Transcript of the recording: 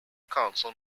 council